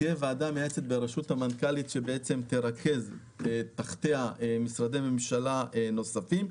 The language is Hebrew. והוועדה המייעצת בראשות המנכ"לית תרכז תחתיה משרדי ממשלה נוספים.